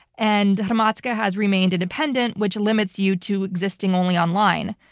and hromadske has remained independent, which limits you to existing only online.